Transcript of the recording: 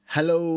Hello